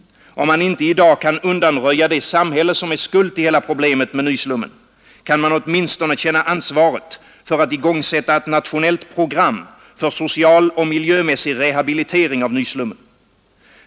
Om man inte i dag kan undanröja det samhälle, som är skuld till hela problemet med nyslummen, kan man åtminstone känna ansvaret för att igångsätta ett nationellt program för social och miljömässig rehabilitering av nyslummen.